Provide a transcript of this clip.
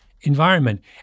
environment